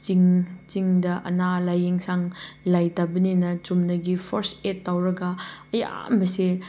ꯆꯤꯡ ꯆꯤꯡꯗ ꯑꯅꯥ ꯂꯥꯏꯌꯦꯡꯁꯪ ꯂꯩꯇꯕꯅꯤꯅ ꯆꯨꯝꯅꯒꯤ ꯐꯥꯔꯁ ꯑꯦꯠ ꯇꯧꯔꯒ ꯑꯌꯥꯝꯕꯁꯦ